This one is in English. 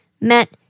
met